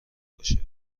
باشه